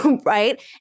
right